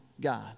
God